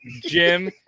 Jim